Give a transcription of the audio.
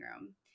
room